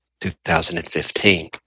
2015